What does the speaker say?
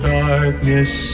darkness